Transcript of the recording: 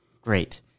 Great